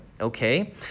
okay